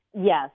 Yes